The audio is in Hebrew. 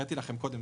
הראיתי לכם קודם,